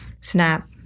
SNAP